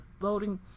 voting